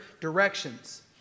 directions